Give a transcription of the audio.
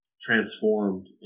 transformed